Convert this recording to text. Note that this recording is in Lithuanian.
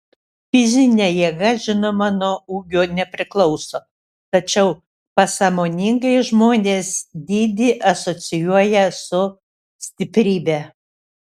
fizinė jėga žinoma nuo ūgio nepriklauso tačiau pasąmoningai žmonės dydį asocijuoja su stiprybe